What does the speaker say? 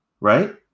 right